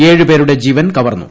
ഏഴ് പേരുടെ ജീവൻ കവർന്നു